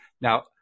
Now